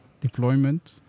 Deployment